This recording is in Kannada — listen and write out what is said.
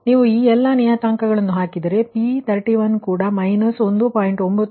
ನೀವು ಈ ಎಲ್ಲಾ ನಿಯತಾಂಕಗಳನ್ನು ಹಾಕಿದರೆ P31 ಕೂಡ −1